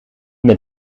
met